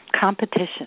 competition